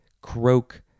croak